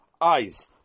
eyes